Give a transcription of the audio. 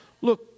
Look